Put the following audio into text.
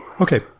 okay